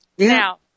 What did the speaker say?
Now